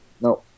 No